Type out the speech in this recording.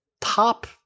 Top